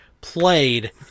played